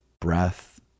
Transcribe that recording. breath